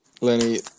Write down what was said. Lenny